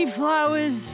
flowers